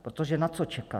Protože na co čekat?